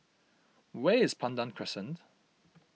where is Pandan Crescent